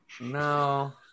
no